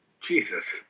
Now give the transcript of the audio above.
Jesus